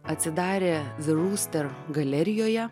atsidarė ze rūster galerijoje